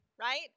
right